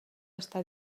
està